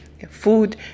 Food